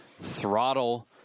Throttle